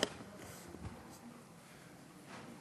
חבר הכנסת יעקב פרי,